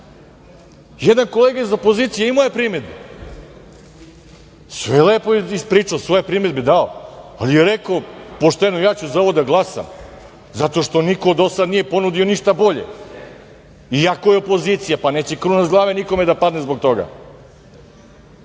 kolega iz opozicije imao je primedbe. Sve je lepo ispričao i dao svoje primedbe, ali je rekao pošteno - ja ću za ovo da glasam, zato što niko do sad nije ponudio ništa bolje, iako je opozicija. Pa, neće kruna sa glave nikome da padne zbog toga!